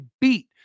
beat